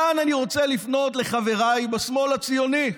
כאן אני רוצה לפנות לחבריי בשמאל הציוני: